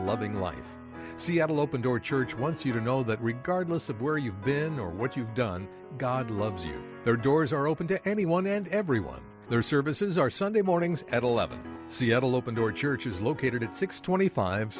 loving life seattle open door church once you know that regardless of where you've been or what you've done god loves you there doors are open to anyone and everyone their services are sunday mornings at eleven seattle open door church is located at six twenty five